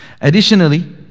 Additionally